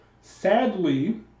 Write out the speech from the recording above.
Sadly